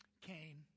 Cain